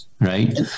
right